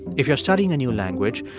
if you're studying a new language,